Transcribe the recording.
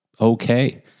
okay